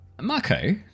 Marco